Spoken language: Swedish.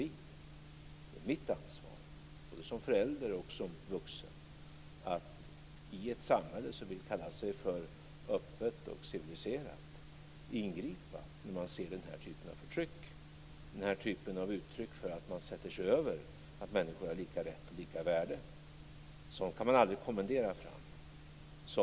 Det är mitt ansvar både som förälder och som vuxen att i ett samhälle som vill kalla sig öppet och civiliserat ingripa när jag ser den här typen av förtryck, där man sätter sig över att människor har lika rätt och lika värde. Sådant kan man aldrig kommendera fram.